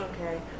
Okay